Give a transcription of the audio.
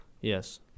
Yes